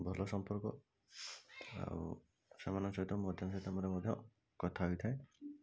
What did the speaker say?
ଭଲ ସମ୍ପର୍କ ଆଉ ସେମାନଙ୍କ ସହିତ ମାଧ୍ୟମରେ ମୋର କଥା ହୋଇଥାଏ